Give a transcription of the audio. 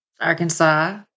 Arkansas